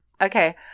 Okay